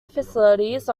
facilities